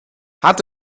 hat